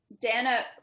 Dana